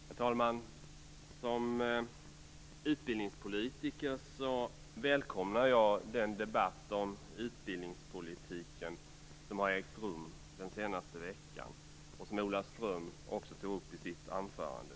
Herr talman! Som utbildningspolitiker välkomnar jag den debatt om utbildningspolitiken som har ägt rum den senaste veckan, vilket Ola Ström också tog upp i sitt anförande.